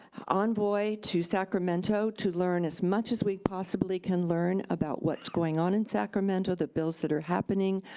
envoy to sacramento to learn as much as we possibly can learn about what's going on in sacramento, the bills that are happening,